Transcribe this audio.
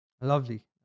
Lovely